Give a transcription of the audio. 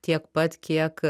tiek pat kiek